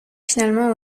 finalement